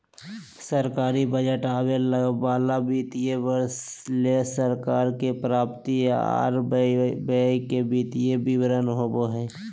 सरकारी बजट आवे वाला वित्तीय वर्ष ले सरकार के प्राप्ति आर व्यय के वित्तीय विवरण होबो हय